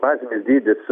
bazinis dydis